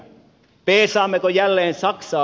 peesaammeko jälleen saksaa